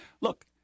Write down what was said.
look